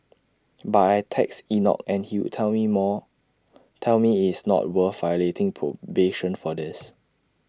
but I'd text Enoch and he'd tell me more tell me IT is not worth violating probation for this